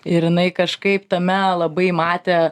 ir jinai kažkaip tame labai matė